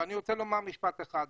אני רוצה לומר משפט אחד.